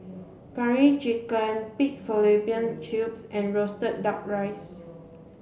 curry chicken pig fallopian tubes and roasted duck rice